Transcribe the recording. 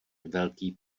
velký